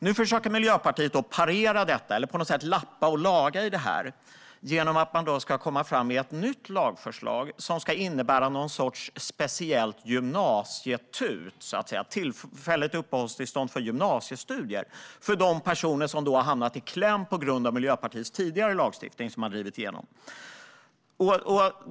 Nu försöker Miljöpartiet parera detta, eller på något sätt lappa och laga, genom att komma fram med ett nytt lagförslag som ska innebära någon sorts speciellt gymnasie-TUT, ett tillfälligt uppehållstillstånd för gymnasiestudier, för de personer som har hamnat i kläm på grund av den lagstiftning som Miljöpartiet tidigare drivit igenom.